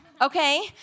okay